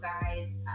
guys